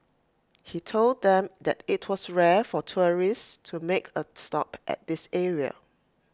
he told them that IT was rare for tourists to make A stop at this area